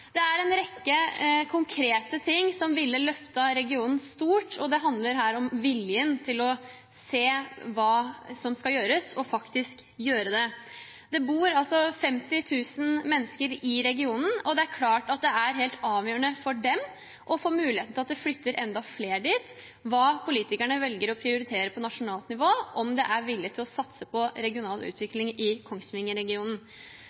stort, og det handler om viljen til å se hva som skal gjøres, og faktisk gjøre det. Det bor 50 000 mennesker i regionen, og det er klart helt avgjørende for dem å muliggjøre at flere flytter dit, hva politikerne velger å prioritere på nasjonalt nivå, om det er vilje til å satse på regional